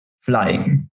flying